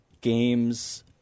games